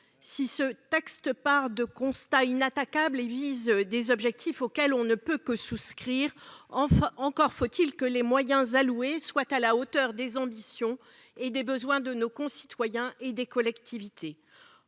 Si ce texte part de constats inattaquables et vise des objectifs auxquels on ne peut que souscrire, encore faut-il que les moyens alloués soient à la hauteur des ambitions et des besoins de nos concitoyens et des collectivités.